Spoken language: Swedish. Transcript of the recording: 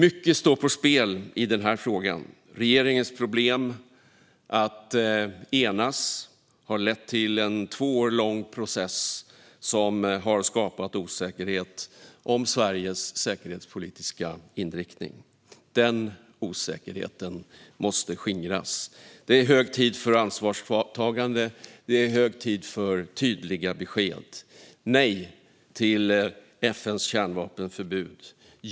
Mycket står på spel i den här frågan. Regeringens problem att enas har lett till en två år lång process som har skapat osäkerhet om Sveriges säkerhetspolitiska inriktning. Denna osäkerhet måste skingras. Det är hög tid för ansvarstagande och för tydliga besked: Nej till FN:s kärnvapenförbud!